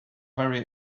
very